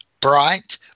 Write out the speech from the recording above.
Bright